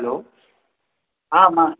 hello हा मां